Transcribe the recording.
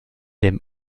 dem